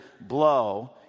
blow